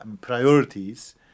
priorities